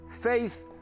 faith